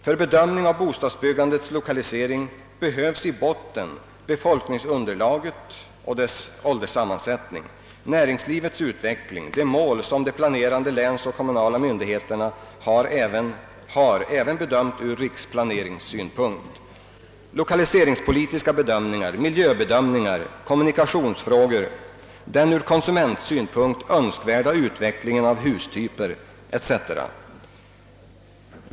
För bedömning av bostadsbyggandets lokalisering behövs i botten befolkningsunderlaget och dess åldersammansättning, näringslivets utveckling, de mål som de planerande länsoch kommunala myndigheterna har, även bedömt ur riksplaneringssynpunkt, lokaliseringspolitiska bedömningar, miljöbedömningar, kommunikationsfrågor, den ur konsumentsynpunkt önskvärda utvecklingen av hustyper etc.